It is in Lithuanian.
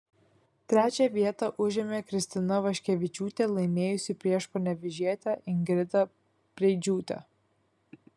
trečią vietą užėmė kristina vaškevičiūtė laimėjusi prieš panevėžietę ingridą preidžiūtę